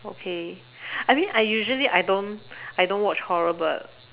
okay I mean I usually I don't I don't watch horror but